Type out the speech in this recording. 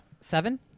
Seven